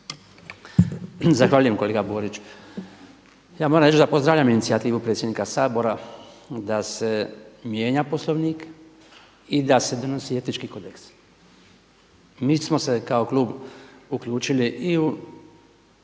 Zahvaljujem kolega Borić. Ja moram reći da pozdravljam inicijativu predsjednika Sabora da se mijenja Poslovnik i da se donosi Etički kodeks. Mi smo se kao klub uključili i u